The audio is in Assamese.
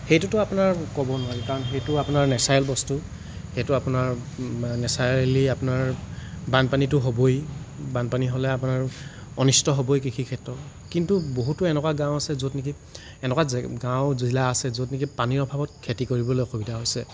সেইটোটো আপোনাৰ ক'ব নোৱাৰি কাৰণ সেইটো আপোনাৰ নেচাৰেল বস্তু সেইটো আপোনাৰ নেচাৰেলি আপোনাৰ বানপানীটো হ'বই বানপানী হ'লে আমাৰ অনিষ্ট হ'বই কৃষি ক্ষেত্ৰত কিন্তু বহুতো এনেকুৱা গাঁও আছে য'ত নেকি এনেকুৱা যে গাঁও জিলা আছে য'ত নেকি পানীৰ অভাৱত খেতি কৰিবলৈ অসুবিধা হৈছে